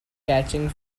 catching